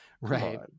Right